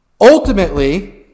Ultimately